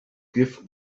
give